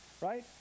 right